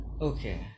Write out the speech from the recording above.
Okay